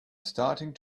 starting